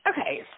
Okay